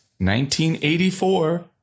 1984